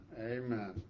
Amen